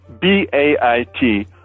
B-A-I-T